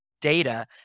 data